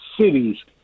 cities